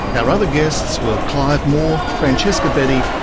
our other guests were clive moore, francesca beddie,